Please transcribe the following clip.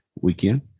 weekend